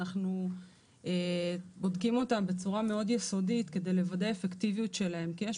אנחנו בודקים אותם בצורה מאוד יסודית כדי לוודא אפקטיביות שלהם כי יש